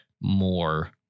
more